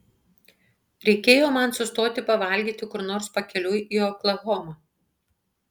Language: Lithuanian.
reikėjo man sustoti pavalgyti kur nors pakeliui į oklahomą